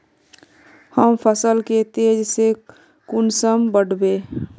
हम फसल के तेज से कुंसम बढ़बे?